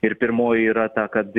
ir pirmoji yra ta kad